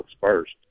first